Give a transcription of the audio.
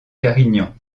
carignan